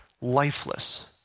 lifeless